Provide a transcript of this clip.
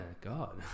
God